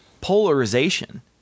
polarization—